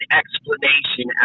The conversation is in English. explanation